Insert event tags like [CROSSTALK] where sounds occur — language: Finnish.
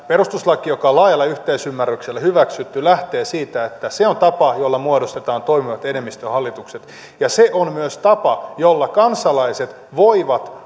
perustuslaki joka on laajalla yhteisymmärryksellä hyväksytty lähtee siitä että se on tapa jolla muodostetaan toimivat enemmistöhallitukset ja se on myös tapa jolla kansalaiset voivat [UNINTELLIGIBLE]